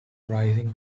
rising